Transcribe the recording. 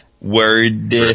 Word